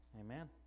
Amen